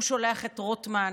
הוא שולח את רוטמן,